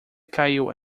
caiu